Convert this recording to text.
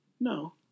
no